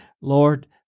Lord